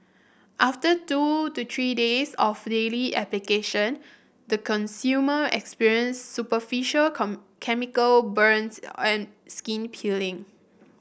after two to three days of daily application the consumer experienced superficial chemical burns and skin peeling